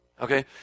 Okay